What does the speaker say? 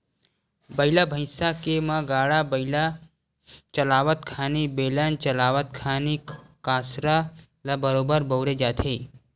बइला भइसा के म गाड़ा बइला चलावत खानी, बेलन चलावत खानी कांसरा ल बरोबर बउरे जाथे